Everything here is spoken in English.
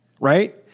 right